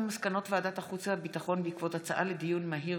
כמו כן הונחו מסקנות ועדת החוץ והביטחון בעקבות דיון מהיר